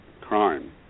crime